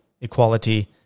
Equality